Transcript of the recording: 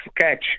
catch